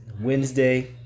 Wednesday